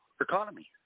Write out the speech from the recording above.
economy